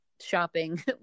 shopping